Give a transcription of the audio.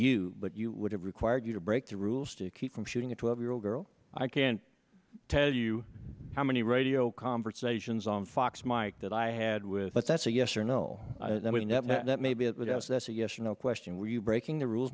you but you would have required you to break the rules to keep from shooting a twelve year old girl i can't tell you how many radio conversations on fox mike that i had with but that's a yes or no that was never that maybe it was as that's a yes or no question were you breaking the rules